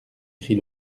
cria